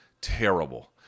Terrible